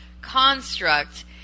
construct